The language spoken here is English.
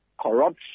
corruption